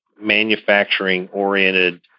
manufacturing-oriented